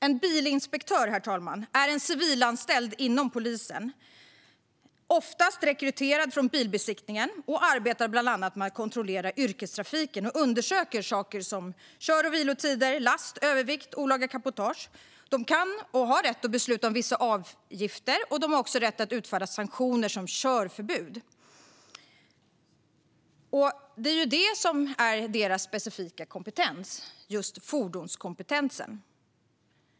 En bilinspektör, herr talman, är en civilanställd inom polisen, oftast rekryterad från bilbesiktningen, som bland annat arbetar med att kontrollera yrkestrafiken och undersöka saker som kör och vilotider, last, övervikt och olaga cabotage. Bilinspektörerna har rätt att besluta om vissa avgifter och att utfärda sanktioner, som körförbud. Det är detta som är deras specifika kompetens: fordonskompetensen.